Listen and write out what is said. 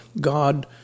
God